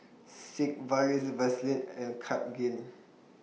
Sigvaris Vaselin and Cartigain